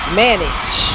manage